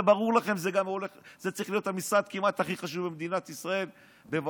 זה ברור לכם שבשנים הקרובות זה צריך